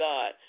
God